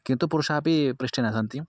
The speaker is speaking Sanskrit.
किन्तु पुरुषाः अपि पृष्ठे न सन्ति